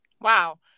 Wow